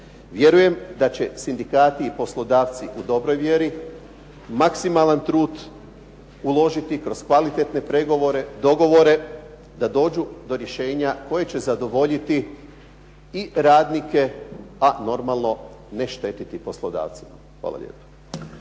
Vjerujem da će sindikati i poslodavci u dobroj vjeri maksimalan trud uložiti kroz kvalitetne pregovore, dogovore da dođu do rješenja koje će zadovoljiti i radnike a normalno ne štetiti poslodavcu. Hvala lijepa.